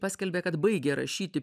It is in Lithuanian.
paskelbė kad baigė rašyti